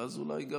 ואז אולי גם